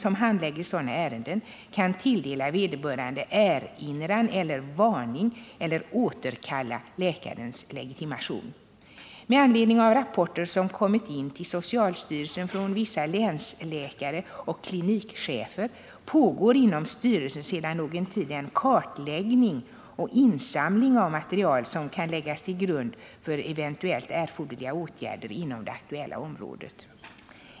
som handlägger sådana ärenden, kan tilldela vederbörande erinran eller varning eller återkalla läkarens legitimation, Med anledning av rapporter som kommit in till socialstyrelsen från vissa länsläkare och klinikchefer pågår inom styrelsen sedan någon tid en kartläggning och insamling av material som kan läggas till grund för eventuellt erforderliga åtgärder inom det aktuella området.